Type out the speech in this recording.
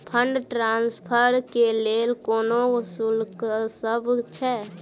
Fund transfer केँ लेल कोनो शुल्कसभ छै?